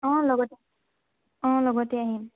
অঁ লগতে অঁ লগতে আহিম